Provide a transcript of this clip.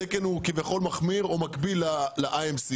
התקן הוא כביכול מחמיר או מקביל ל-IMC,